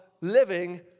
living